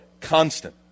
constant